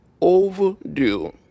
overdue